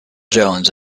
jones